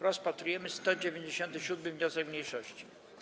Rozpatrujemy 197. wniosek mniejszości.